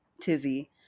tizzy